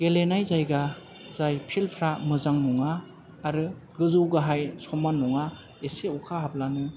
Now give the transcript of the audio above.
गेलेनाय जायगा जाय फिल्दफ्रा मोजां नङा आरो गोजौ गाहाय समान नङा इसे अखा हाब्लानो